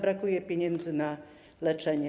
Brakuje nam pieniędzy na leczenie.